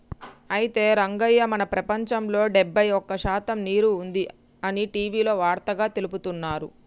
అయితే రంగయ్య మన ప్రపంచంలో డెబ్బై ఒక్క శాతం నీరు ఉంది అని టీవీలో వార్తగా తెలుపుతున్నారు